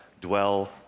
dwell